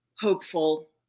hopeful